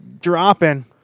dropping